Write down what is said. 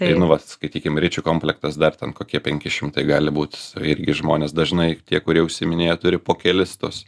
nu vat skaitykim ričių komplektas dar ten kokie penki šimtai gali būt irgi žmonės dažnai tie kurie užsiiminėja turi po kelis tuos